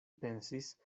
pensis